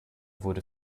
wurde